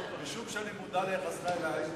משום שאני מודע ליחסך אלי,